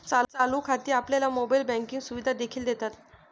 चालू खाती आपल्याला मोबाइल बँकिंग सुविधा देखील देतात